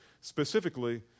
specifically